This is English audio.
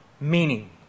meaning